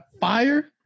fire